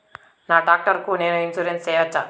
నా టాక్టర్ కు నేను ఇన్సూరెన్సు సేయొచ్చా?